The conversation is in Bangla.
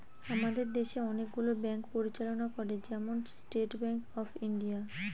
আমাদের দেশে অনেকগুলো ব্যাঙ্ক পরিচালনা করে, যেমন স্টেট ব্যাঙ্ক অফ ইন্ডিয়া